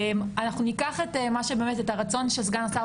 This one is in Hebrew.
אנחנו ניקח את הרצון של סגן השר,